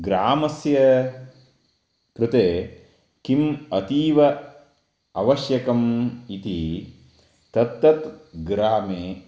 ग्रामस्य कृते किम् अतीव आवश्यकम् इति तत्तत् ग्रामे